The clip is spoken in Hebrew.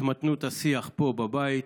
התמתנות השיח פה, בבית.